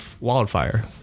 wildfire